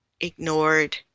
ignored